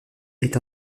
est